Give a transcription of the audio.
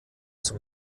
zum